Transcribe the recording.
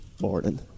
morning